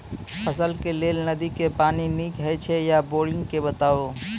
फसलक लेल नदी के पानि नीक हे छै या बोरिंग के बताऊ?